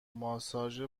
ماساژ